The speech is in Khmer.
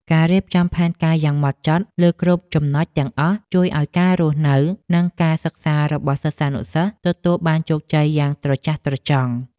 ការរៀបចំផែនការយ៉ាងហ្មត់ចត់លើគ្រប់ចំណុចទាំងអស់ជួយឱ្យការរស់នៅ និងការសិក្សារបស់សិស្សានុសិស្សទទួលបានជោគជ័យយ៉ាងត្រចះត្រចង់។